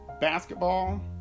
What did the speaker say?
basketball